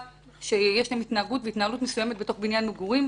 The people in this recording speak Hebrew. שיש להם התנהגות והתנהלות מסוימת בתוך בניין מגורים.